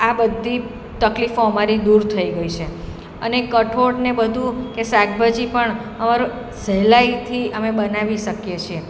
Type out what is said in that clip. આ બધી તકલીફો અમારી દૂર થઈ ગઈ છે અને કઠોળ ને બધું કે શાકભાજી પણ અમારું સહેલાઈથી અમે બનાવી શકીએ છીએ